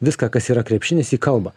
viską kas yra krepšinis į kalbą